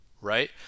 right